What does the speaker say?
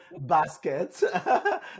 basket